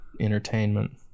entertainment